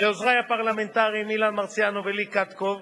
ולעוזרי הפרלמנטריים אילן מרסיאנו ולי קטקוב,